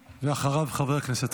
ואחריו, חבר הכנסת